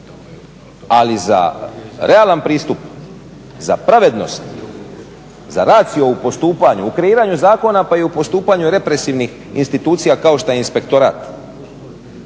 ali za realan pristup, za pravednost, za raciju u postupanju, u kreiranju zakona pa i u postupanju represivnih institucija kao što je Inspektorat,